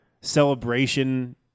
celebration